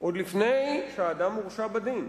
עוד לפני שהאדם הורשע בדין.